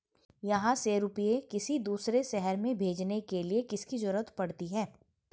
यहाँ से रुपये किसी दूसरे शहर में भेजने के लिए किसकी जरूरत पड़ती है?